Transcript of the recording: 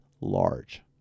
large